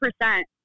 percent